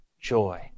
joy